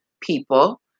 people